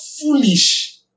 foolish